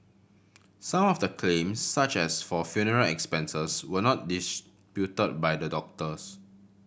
some of the claims such as for funeral expenses were not disputed by the doctors